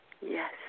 Yes